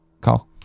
Call